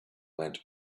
went